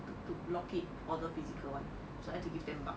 to to lock it order physical [one] so I have to give ten bucks